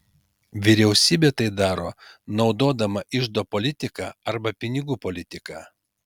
vyriausybė tai daro naudodama iždo politiką arba pinigų politiką